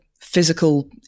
physical